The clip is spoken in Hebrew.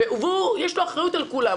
יש לו אחריות על כולם.